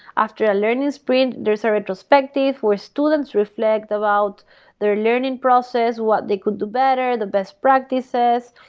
after a learning spring, there's a retrospective where students reflect about their learning process, what they could do better, the best practices.